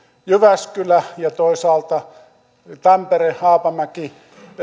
jyväskylä ja toisaalta tampere haapamäki